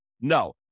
No